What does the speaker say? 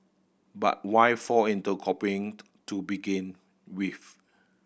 but why fall into copying to begin with